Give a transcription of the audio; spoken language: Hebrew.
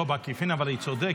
לא, בעקיפין אבל היא צודקת.